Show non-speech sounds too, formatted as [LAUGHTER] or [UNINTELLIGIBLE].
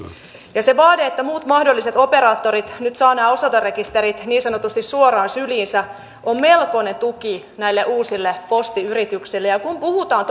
se vaade että muut mahdolliset operaattorit nyt saavat nämä osoiterekisterit niin sanotusti suoraan syliinsä on melkoinen tuki näille uusille postiyrityksille ja kun puhutaan [UNINTELLIGIBLE]